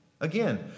Again